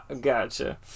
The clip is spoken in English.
Gotcha